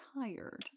tired